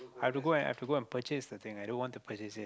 I have to go I have to go purchase the thing i don't want to purchase it